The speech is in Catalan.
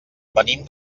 venim